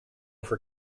for